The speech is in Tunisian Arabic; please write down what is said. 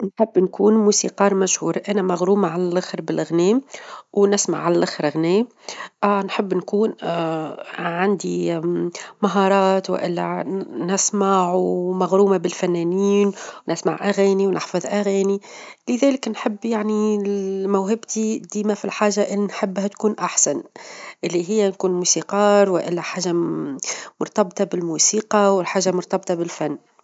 نحب نكون موسيقار مشهور أنا مغرومة على اللخر بالغناي ، ونسمع على اللخر غناي، نحب نكون عندي مهارات، والا نسمع، ومغرومة بالفنانين، ونسمع أغاني، ونحفظ أغاني؛ لذلك نحب يعنى موهبتي ديما في الحاجة اللى نحبها تكون أحسن، اللى هى نكون موسيقار، والا حاجة مرتبطة بالموسيقى، وحاجة مرتبطة بالفن.